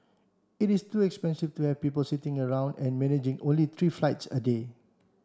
it is too expensive to have people sitting around and managing only three flights a day